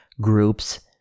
groups